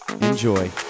Enjoy